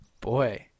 Boy